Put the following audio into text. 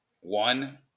one